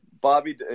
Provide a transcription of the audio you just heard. Bobby